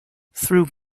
through